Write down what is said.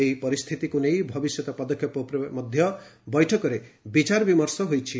ଏହି ପରିସ୍ଥିତିକୁ ନେଇ ଭବିଷ୍ୟତ ପଦକ୍ଷେପ ଉପରେ ମଧ୍ୟ ବୈଠକରେ ବିଚାରବିମର୍ଷ ହୋଇଛି